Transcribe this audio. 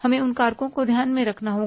हमें उन कारकों को ध्यान में रखना होगा